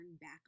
back